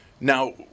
Now